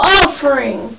offering